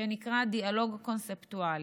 שנקרא דיאלוג קונפליקטואלי,